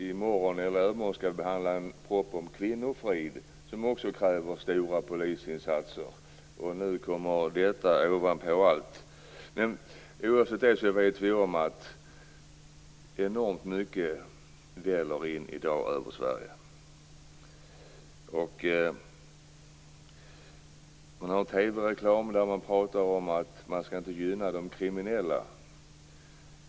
I morgon eller i övermorgon skall vi behandla en proposition om kvinnofrid, som också kräver stora polisinsatser. Och nu kommer detta ovanpå allt. Oavsett det vet vi om att enormt mycket väller in i dag över Sverige. Det finns TV-reklam där man pratar om att man inte skall gynna de kriminella.